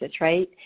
right